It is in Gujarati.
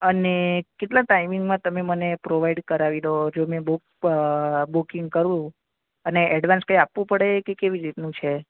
અને કેટલા ટાઈમિંગમાં તમે મને પ્રોવાઈડ કરાવી દો જો મેં બૂક અ બૂકિંગ કરું અને એડવાન્સ કંઈ આપવું પડે કે કેવી રીતનું છે